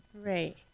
Right